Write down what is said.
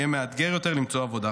יהיה מאתגר יותר למצוא עבודה.